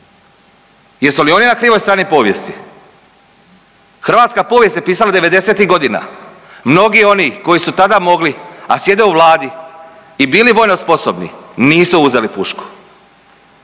Jesu li oni na krivoj strani povijesti? Hrvatska povijest je pisana 90-ih godina. Mnogi oni koji su tada mogli, a sjede u Vladi i bili vojno sposobni, nisu uzeli pušku.